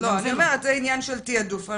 אז אני אומרת שזה עניין של תעדוף.